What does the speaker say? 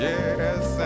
Yes